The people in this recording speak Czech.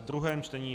druhé čtení